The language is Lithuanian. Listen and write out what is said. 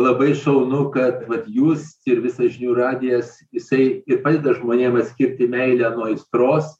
labai šaunu kad vat jūs ir visas žinių radijas jisai ir padeda žmonėm atskirti meilę nuo aistros